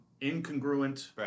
incongruent